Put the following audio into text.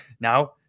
now